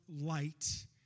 light